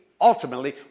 ultimately